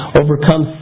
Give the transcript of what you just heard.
overcome